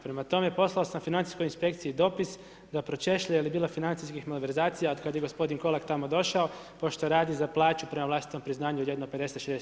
Prema tome, poslao sam financijskoj inspekciji dopis, da pročešlja, jer je bilo financijskih malverzacija od kad je gospodin Kolak tamo došao, pošto radi za plaću prema vlastitom priznanju od jedno 50, 60 tisuća kuna.